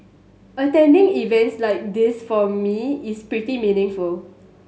attending events like this for me is pretty meaningful